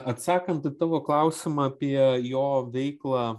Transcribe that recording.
atsakant į tavo klausimą apie jo veiklą